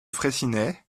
fraissinet